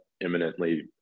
imminently